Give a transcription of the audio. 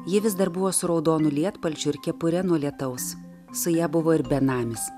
ji vis dar buvo su raudonu lietpalčiu ir kepure nuo lietaus su ja buvo ir benamis